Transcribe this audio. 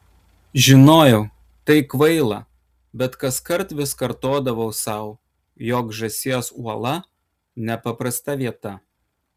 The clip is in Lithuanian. žinojau tai kvaila bet kaskart vis kartodavau sau jog žąsies uola nepaprasta vieta